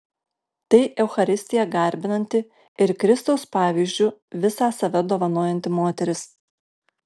tai eucharistiją garbinanti ir kristaus pavyzdžiu visą save dovanojanti moteris